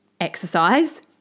exercise